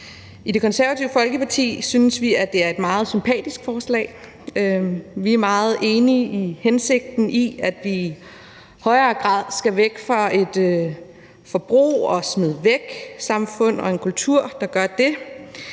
I Det Konservative Folkeparti synes vi, det er et meget sympatisk forslag. Vi er meget enige i hensigten, at vi i højere grad skal væk fra et forbrug og smid væk-samfund og en kultur, hvor man gør det,